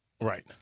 Right